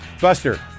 Buster